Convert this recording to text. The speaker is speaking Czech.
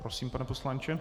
Prosím, pane poslanče.